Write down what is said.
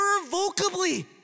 irrevocably